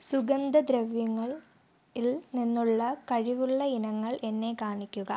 സുഗന്ധദ്രവ്യങ്ങളില് നിന്നുള്ള കഴിവുള്ള ഇനങ്ങൾ എന്നെ കാണിക്കുക